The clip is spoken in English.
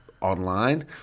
online